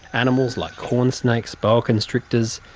animals like corn snakes, boa constrictors,